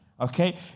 okay